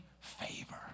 favor